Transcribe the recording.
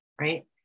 right